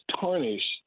tarnished